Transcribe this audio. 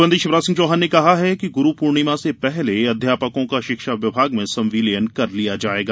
मुख्यमंत्री शिवराज सिंह चौहान ने कहा है कि गुरूपूर्णिमा से पहले अध्यापकों का शिक्षा विभाग में संविलियन कर लिया जायेगा